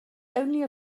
only